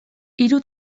hiru